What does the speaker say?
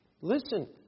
listen